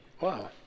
Wow